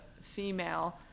female